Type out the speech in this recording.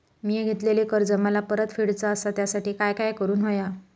मिया घेतलेले कर्ज मला परत फेडूचा असा त्यासाठी काय काय करून होया?